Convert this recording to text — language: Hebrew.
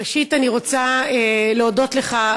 ראשית אני רוצה להודות לך,